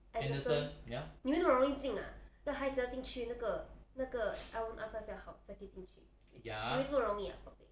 anderson 你以为那么容易进 ah 要孩子要进去那个那个 L one R five 要好才可以进去你以为这么容易 ah 宝贝